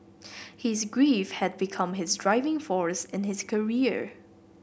his grief had become his driving force in his career